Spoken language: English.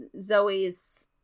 zoe's